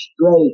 straight